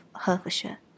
Hertfordshire